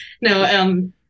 No